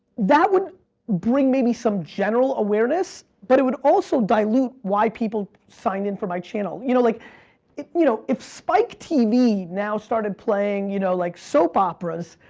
that would bring maybe some general awareness, but it would also dilute why people signed in for my channel. you know like you know if spike tv now started playing you know like soap operas,